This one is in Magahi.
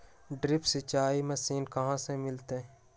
ड्रिप सिंचाई मशीन कहाँ से मिलतै?